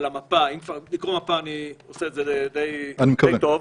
לקרוא מפה אני עושה את זה די טוב.